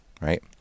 Right